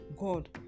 God